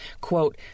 quote